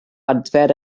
adfer